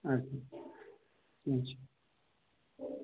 اَدٕ سا کیٚنٛہہ چھُنہٕ